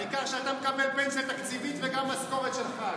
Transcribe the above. העיקר שאתה מקבל פנסיה תקציבית וגם משכורת של ח"כ.